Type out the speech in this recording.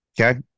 okay